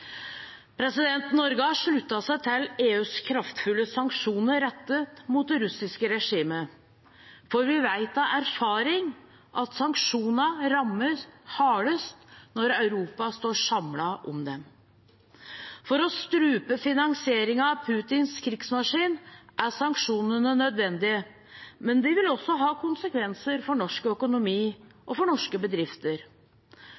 Norge har sluttet seg til EUs kraftfulle sanksjoner rettet mot det russiske regimet, for vi vet av erfaring at sanksjoner rammer hardest når Europa står samlet om dem. For å strupe finansieringen av Putins krigsmaskin, er sanksjonene nødvendige, men de vil også ha konsekvenser for norsk